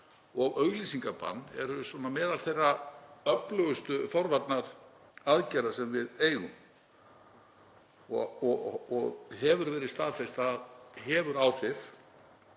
og auglýsingabann, eru meðal þeirra öflugustu forvarnaaðgerða sem við eigum og hefur verið staðfest að þær hafa áhrif